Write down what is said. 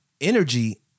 energy